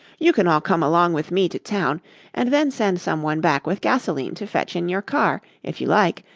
you can all come along with me to town and then send some one back with gasoline to fetch in your car, if you like.